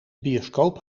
bioscoop